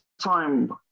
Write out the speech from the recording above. time